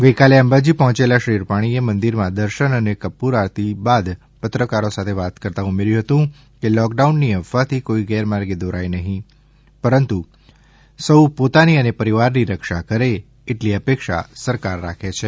ગઇકાલે અંબાજી પહોંચેલા શ્રી રૂપાણીએ મંદિરમાં દર્શન અને કપૂર આરતી બાદ પત્રકારો સાથે વાત કરતાં ઉમેર્યું હતું કે લોક ડાઉનની અફવાથી કોઈ ગેરમાર્ગે દોરાય નહીં પરંતુ સૌ પોતાની અને પરિવાર ની રક્ષા કરે આટલી અપેક્ષા સરકાર રાખે છે